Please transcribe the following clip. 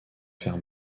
faire